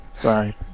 sorry